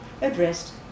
addressed